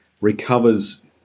recovers